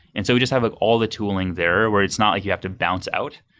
and so, we just have all the tooling there, where it's not like you have to bounce out.